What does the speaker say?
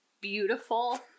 beautiful